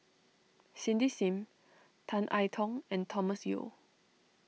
Cindy Sim Tan I Tong and Thomas Yeo